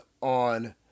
on